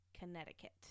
Connecticut